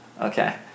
Okay